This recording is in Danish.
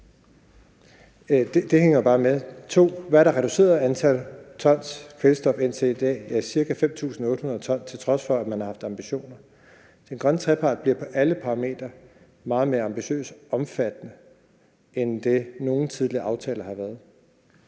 Det hænger jo bare sammen med, at det, der er reduceret i antallet af tons kvælstof indtil i dag, er ca. 5.800 t, til trods for at man har haft ambitioner. Den grønne trepart bliver på alle parametre meget mere ambitiøs og omfattende, end nogen tidligere aftaler har været.